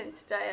today